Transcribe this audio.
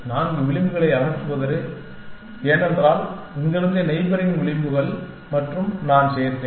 நான்கு விளிம்புகளை அகற்று ஏனென்றால் இங்கிருந்து நெய்பெரிங் விளிம்புகள் மற்றும் நான் சேர்த்தேன்